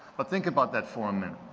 but think about that for a minute.